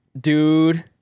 Dude